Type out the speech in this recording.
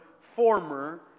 former